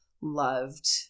loved